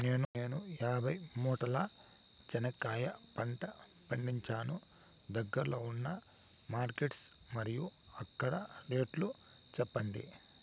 నేను యాభై మూటల చెనక్కాయ పంట పండించాను దగ్గర్లో ఉన్న మార్కెట్స్ మరియు అక్కడ రేట్లు చెప్పండి?